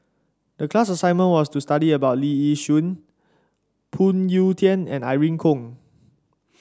the class assignment was to study about Lee Yi Shyan Phoon Yew Tien and Irene Khong